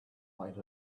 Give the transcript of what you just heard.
might